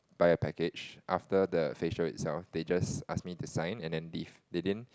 buy a package after the facial itself they just ask me to sign and then leave they didn't